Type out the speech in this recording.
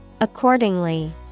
accordingly